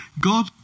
God